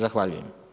Zahvaljujem.